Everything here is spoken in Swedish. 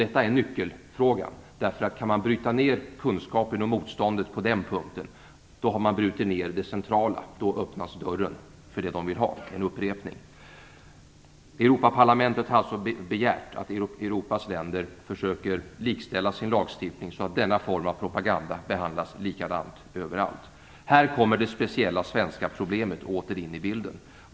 Detta är nyckelfrågan, därför att kan man bryta ned kunskapen och motståndet på den punkten, har man brutit ned det centrala, och då öppnas dörren för det som de vill ha, nämligen en upprepning. Här kommer det svenska problemet åter in i bilden.